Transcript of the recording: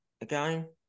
again